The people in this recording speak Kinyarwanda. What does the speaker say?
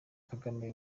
kagame